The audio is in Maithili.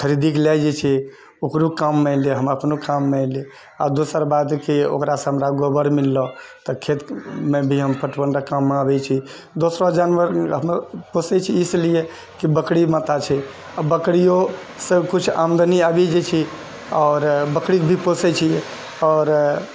खरिदियैके लए जाइ छै ओकरो काममे एलै हम आपनो काममे एलै अऽ दोसर बात कि ओकरासँ हमरा गोबर मिललो तऽ खेतमे भी हम पटवनके काममे आवै छी दोसरो जे जानवर मतलब पोसै छी इसलिए कि बकरी माता छै आओर बकरियोसँ कुछ आमदनी आबि जाइ छै आओर बकरी भी पोसै छी आओर